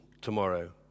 tomorrow